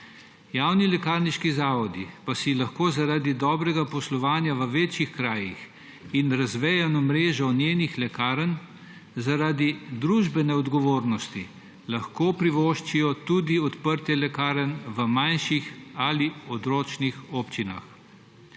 Javni lekarniški zavodi pa si lahko zaradi dobrega poslovanja v večjih krajih in razvejano mrežo njenih lekarn zaradi družbene odgovornosti lahko privoščijo tudi odprtje lekarn v manjših ali odročnih občinah.